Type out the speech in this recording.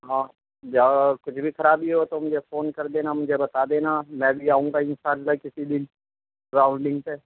ہاں جو کچھ بھی خرابی ہو تو مجھے فون کر دینا مجھے بتا دینا میں بھی آؤں گا انشا اللہ کسی دن راؤنڈنگ پہ